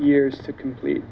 years to complete